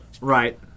Right